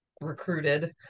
recruited